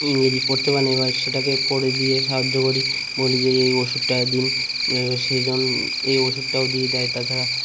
ইংরেজি পড়তে পারেন এবার সেটাকে পড়ে দিয়ে সাহায্য করি বলি যে এই ওষুধটা দিন সেই জন্য এই ওষুধটাও দিয়ে দেয় তাছাড়া